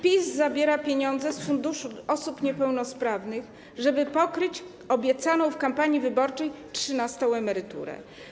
PiS zabiera pieniądze z funduszu osób niepełnosprawnych, żeby pokryć koszty obiecanej w kampanii wyborczej trzynastej emerytury.